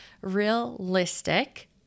realistic